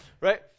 right